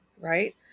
Right